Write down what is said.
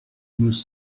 nous